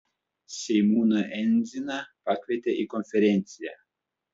seimūną endziną pakvietė į konferenciją